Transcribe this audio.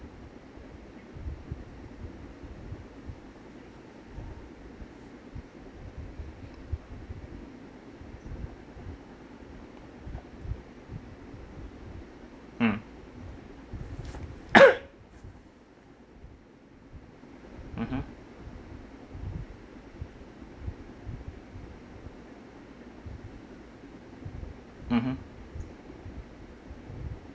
mm mmhmm mmhmm